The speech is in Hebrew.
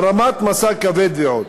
הרמת משא כבד, ועוד.